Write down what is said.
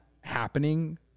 happening